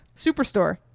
superstore